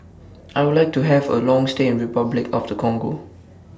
I Would like to Have A Long stay in Republic of The Congo